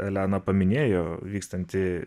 elena paminėjo vykstanti